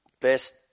best